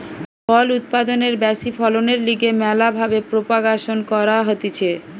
ফল উৎপাদনের ব্যাশি ফলনের লিগে ম্যালা ভাবে প্রোপাগাসন ক্যরা হতিছে